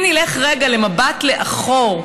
אם נלך רגע במבט לאחור,